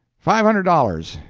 five hundred dollars,